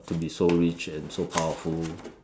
to be so rich and so powerful